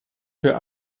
für